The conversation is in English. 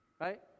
right